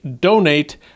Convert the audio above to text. donate